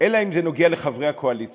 אלא אם כן זה נוגע לחברי הקואליציה.